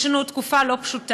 יש לנו תקופה לא פשוטה,